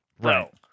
right